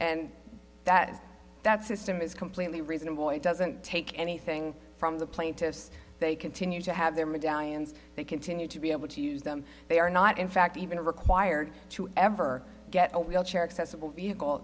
and that is that system is completely reasonable it doesn't take anything from the plaintiffs they continue to have their medallions they continue to be able to use them they are not in fact even required to ever get a wheelchair accessible vehicle